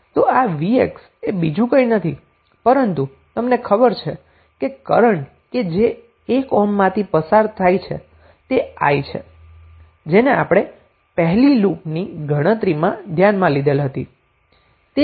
તો આ vx એ બીજું કંઈ નથી પરંતુ તમને ખબર છે કે કરન્ટ કે જે 1 ઓહ્મમાંથી પસાર થાય છે તે i છે જેને આપણે પહેલી લુપની ગણતરીમા ધ્યાનમાં લીધેલ હતો